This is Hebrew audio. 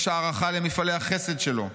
"יש הערכה למפעלי החסד שלו.